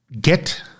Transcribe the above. get